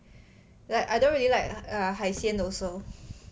like I don't really like err 海鲜 also